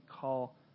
call